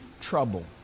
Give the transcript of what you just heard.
trouble